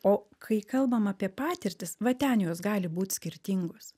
o kai kalbam apie patirtis va ten jos gali būt skirtingos